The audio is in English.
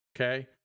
Okay